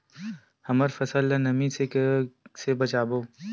हमर फसल ल नमी से क ई से बचाबो?